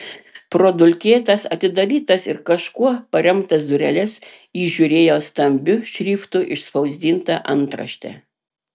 pro dulkėtas atidarytas ir kažkuo paremtas dureles įžiūrėjo stambiu šriftu išspausdintą antraštę